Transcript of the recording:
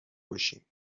باشیم